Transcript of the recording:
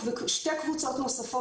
שבוע מהיום,